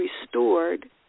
Restored